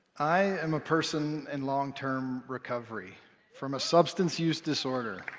i am a person in long-term recovery from a substance-use disorder.